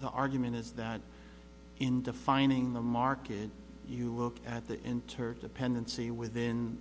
the argument is that in defining the market you look at the interdependency within